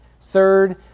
Third